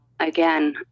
again